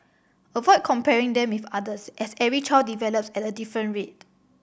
avoid comparing them with others as every child develops at a different rate